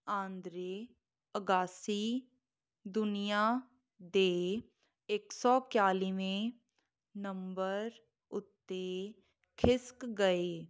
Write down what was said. ਆਦਰੀ ਅਗਾਸੀ ਦੁਨੀਆਂ ਦੇ ਇੱਕ ਸੌ ਇਕਤਾਲੀਵੇਂ ਨੰਬਰ ਉੱਤੇ ਖਿਸਕ ਗਏ